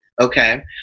Okay